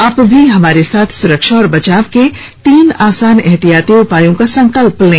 आप भी हमारे साथ सुरक्षा और बचाव के तीन आसान एहतियाती उपायों का संकल्प लें